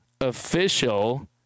official